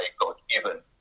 God-given